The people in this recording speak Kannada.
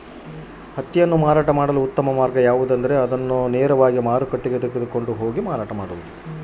ಹತ್ತಿಯನ್ನು ಮಾರಾಟ ಮಾಡಲು ಉತ್ತಮ ಮಾರ್ಗ ಯಾವುದು?